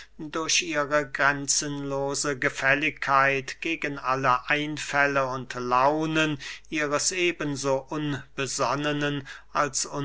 durch ihre grenzenlose gefälligkeit gegen alle einfälle und launen ihres eben so unbesonnenen als